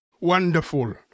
Wonderful